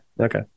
Okay